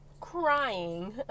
crying